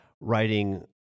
writing